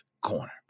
corner